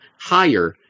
higher